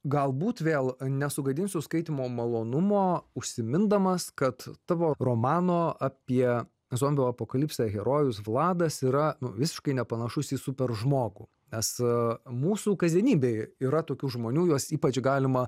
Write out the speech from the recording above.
galbūt vėl nesugadinsiu skaitymo malonumo užsimindamas kad tavo romano apie zombių apokalipsę herojus vladas yra visiškai nepanašus į superžmogų nes mūsų kasdienybėj yra tokių žmonių juos ypač galima